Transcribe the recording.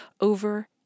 over